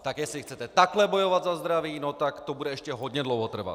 Tak jestli chcete takhle bojovat o zdraví, no tak to bude ještě hodně dlouho trvat.